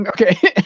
Okay